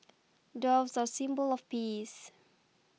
doves are a symbol of peace